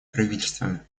правительствами